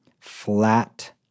flat